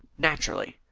naturally.